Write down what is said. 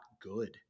good